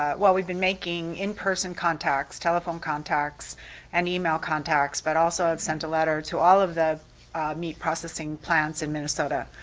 ah well, we've been making in-person contacts, telephone contacts and e-mail contacts, but also have sent a letter to all of the meat processing plants in minnesota.